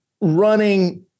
running